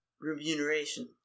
remuneration